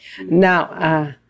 now